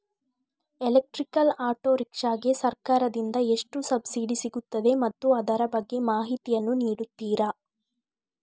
Electrical auto rickshaw ಗೆ ಸರ್ಕಾರ ದಿಂದ ಎಷ್ಟು ಸಬ್ಸಿಡಿ ಸಿಗುತ್ತದೆ ಮತ್ತು ಅದರ ಬಗ್ಗೆ ಮಾಹಿತಿ ಯನ್ನು ನೀಡುತೀರಾ?